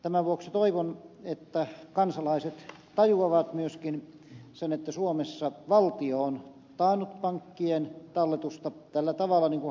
tämän vuoksi toivon että kansalaiset tajuavat myöskin sen että suomessa valtio on taannut pankkien talletukset tällä tavalla kuin hallitus esittää